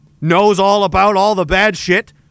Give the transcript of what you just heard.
knows-all-about-all-the-bad-shit